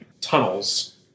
tunnels